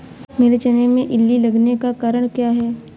मेरे चने में इल्ली लगने का कारण क्या है?